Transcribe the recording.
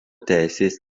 teisės